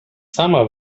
sama